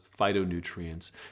phytonutrients